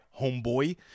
homeboy